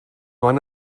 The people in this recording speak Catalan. van